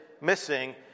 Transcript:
missing